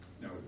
No